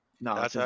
No